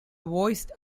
voiced